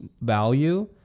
value